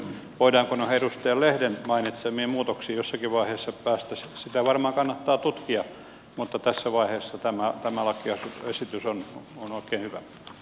voidaanko noihin edustaja lehden mainitsemiin muutoksiin jossakin vaiheessa päästä sitä varmaan kannattaa tutkia mutta tässä vaiheessa tämä lakiesitys on oikein hyvä